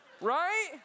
right